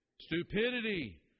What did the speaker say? stupidity